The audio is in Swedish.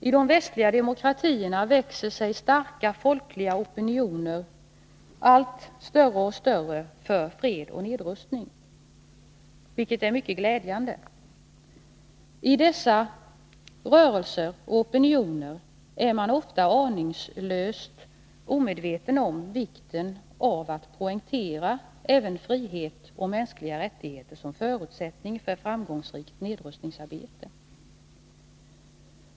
I de västliga demokratierna växer sig starka folkliga opinioner allt större och större för fred och nedrustning, vilket är mycket glädjande. I dessa rörelser och opinioner är man dock ofta aningslöst omedveten om vikten av att poängtera även frihet och mänskliga rättigheter som förutsättning för framgångsrikt nedrustningsarbete.